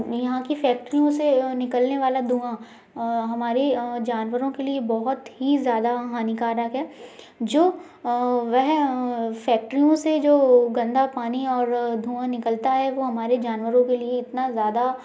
यहाँ की फैक्ट्रियों से अ निकलने वाला धुआँ अ हमारे अ जानवरों के लिए बहुत ही ज्यादा हानिकारक है जो अ वह अ फैक्ट्रियों से जो गंदा पानी और अ धुआँ निकलता है वो हमारे जानवरों के लिए इतना ज्यादा